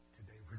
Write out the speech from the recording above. Today